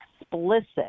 explicit